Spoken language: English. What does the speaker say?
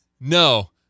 No